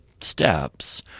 steps